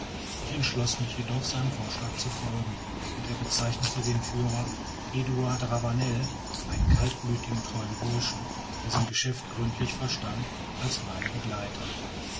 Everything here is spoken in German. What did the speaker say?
ich entschloß mich jedoch seinem vorschlage zu folgen und er bezeichnete den führer eduard ravanel einen kaltblütigen treuen burschen der sein geschäft gründlich verstand als meinen begleiter